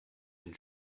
den